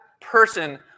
person